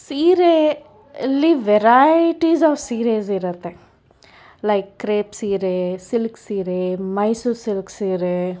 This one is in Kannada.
ಸೀರೆ ಅಲ್ಲಿ ವೆರೈಟಿಸ್ ಆಫ್ ಸೀರೆ ಇರುತ್ತೆ ಲೈಕ್ ಕ್ರೆಪ್ ಸೀರೆ ಸಿಲ್ಕ್ ಸೀರೆ ಮೈಸೂರು ಸಿಲ್ಕ್ ಸೀರೆ